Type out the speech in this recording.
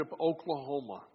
Oklahoma